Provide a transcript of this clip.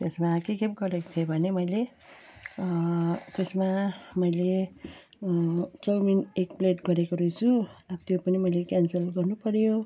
त्यसमा के के पो गरेको थिएँ भनेँ मैले त्यसमा मैले चौमिन एक प्लेट गरेको रहेछु अब त्यो पनि मैले क्यान्सल गर्नु पर्यो